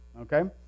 Okay